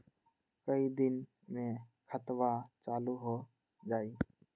कई दिन मे खतबा चालु हो जाई?